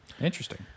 Interesting